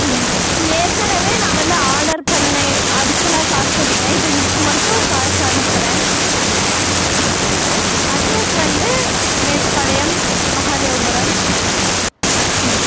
ம் ஏற்கனவே நான் வந்து ஆர்டர் பண்ணிணேன் அதுக்கெலாம் காசு கட்டிவிட்டேன் இப்போ இதுக்கு மட்டும் காசு அனுப்புறேன் ம் அட்ரஸ் வந்து மேட்டுப்பாளையம் மஹாதேவபுரம் ம்